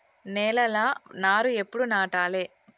నేలలా నారు ఎప్పుడు నాటాలె?